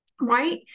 right